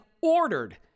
ordered